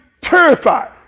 terrified